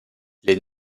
les